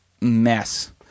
mess